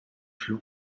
flug